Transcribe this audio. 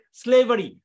slavery